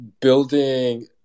building